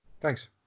Thanks